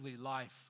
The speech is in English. life